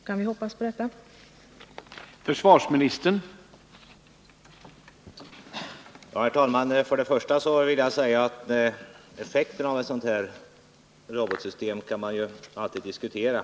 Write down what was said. Kan vi ha några förhoppningar?